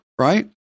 right